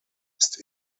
ist